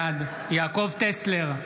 בעד יעקב טסלר,